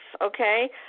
Okay